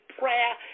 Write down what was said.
prayer